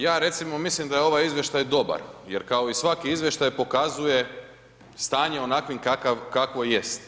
Ja recimo mislim da je ovaj izvještaj dobar, jer kao i svaki izvještaj, pokazuje stanje onakvim kakvo jest.